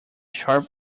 sharp